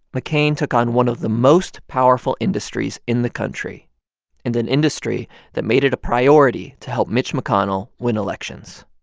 mccain took on one of the most powerful industries in the country and an industry that made it a priority to help mitch mcconnell win elections.